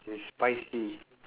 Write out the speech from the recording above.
it's spicy